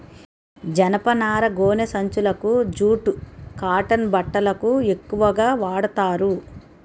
జనపనార గోనె సంచులకు జూట్ కాటన్ బట్టలకు ఎక్కువుగా వాడతారు